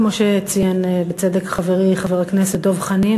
כמו שציין בצדק חברי חבר הכנסת דב חנין,